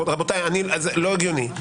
רבותיי, זה לא הגיוני.